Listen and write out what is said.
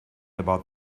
about